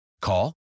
Call